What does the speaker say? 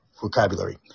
vocabulary